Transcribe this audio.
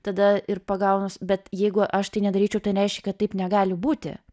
tada ir pagaunu bet jeigu aš tai nedaryčiau tai nereiškia kad taip negali būti